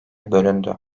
bölündü